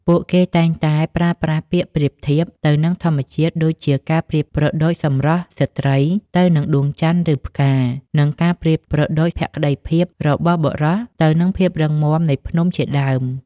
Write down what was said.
ពួកគេតែងតែប្រើប្រាស់ពាក្យប្រៀបធៀបទៅនឹងធម្មជាតិ ដូចជាការប្រៀបប្រដូចសម្រស់ស្រ្តីទៅនឹងដួងច័ន្ទ ឬផ្កា និងការប្រៀបប្រដូចភក្តីភាពរបស់បុរសទៅនឹងភាពរឹងមាំនៃភ្នំជាដើម។